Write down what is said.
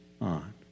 on